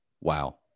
Wow